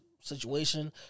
situation